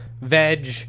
veg